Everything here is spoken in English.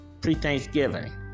pre-Thanksgiving